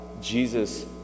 Jesus